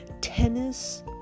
tennis